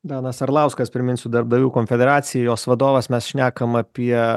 danas arlauskas priminsiu darbdavių konfederacijos vadovas mes šnekam apie